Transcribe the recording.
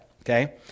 Okay